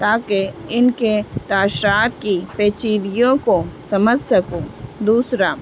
تاکہ ان کے تاشرات کی پیچیدیوں کو سمجھ سکوں دوسرا